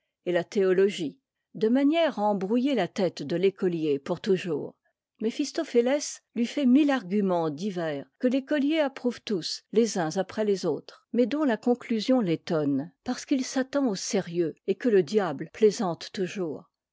et la théologie de manière à embrouiller la tête de l'écolier pour toujours méphistophéiès lui fait mille arguments divers que l'écolier approuve tous les uns après les autres mais dont la conclusion l'étonne parce qu'il s'attend au sérieux et que le diable plaisante toujours